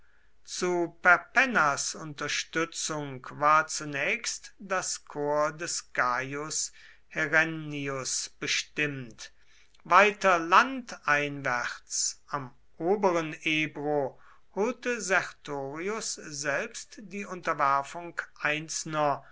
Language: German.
zu perpennas unterstützung war zunächst das korps des gaius herennius bestimmt weiter landeinwärts am oberen ebro holte sertorius selbst die unterwerfung einzelner